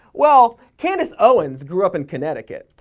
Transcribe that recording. well. candace owens grew up in connecticut.